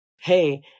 hey